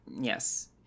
Yes